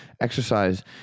exercise